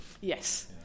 Yes